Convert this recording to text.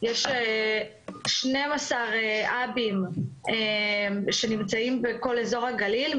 יש 12 האבים שנמצאים בכל אזור הגליל,